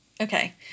Okay